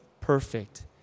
perfect